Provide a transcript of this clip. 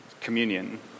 communion